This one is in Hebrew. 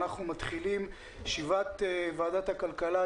אנחנו מתחילים את ישיבת ועדת הכלכלה,